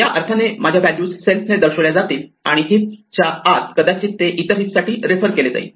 त्या अर्थाने माझ्या व्हॅल्यूज सेल्फ ने दर्शवल्या जातील आणि हिप च्या आत कदाचित ते इतर हिप साठी रेफर केले जाईल